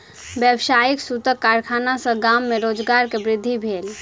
व्यावसायिक सूतक कारखाना सॅ गाम में रोजगार के वृद्धि भेल